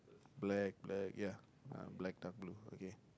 black black ya um black dark blue okay